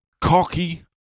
cocky